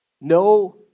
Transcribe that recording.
No